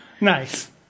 Nice